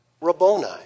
Rabboni